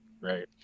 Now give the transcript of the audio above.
right